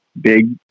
big